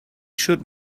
should